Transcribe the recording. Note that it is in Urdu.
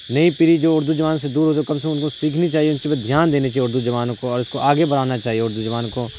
نئی پیڑھی جو اردو زبان سے دور ہو جو کم سے کم ان کو سیکھنی چاہیے ان چی پہ دھیان دینی چاہیے اردو زبانوں کو اور اس کو آگے بڑھانا چاہیے اردو زبان کو